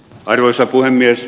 arvoisa puhemies